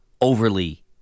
overly